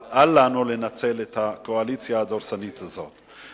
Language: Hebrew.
אבל אל לנו לנצל את הקואליציה הדורסנית הזאת.